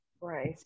Right